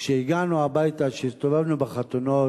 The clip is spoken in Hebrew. כשהגענו הביתה, כשהסתובבנו בחתונות,